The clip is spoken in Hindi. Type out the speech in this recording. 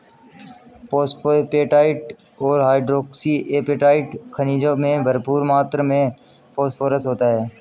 फोस्फोएपेटाईट और हाइड्रोक्सी एपेटाईट खनिजों में भरपूर मात्र में फोस्फोरस होता है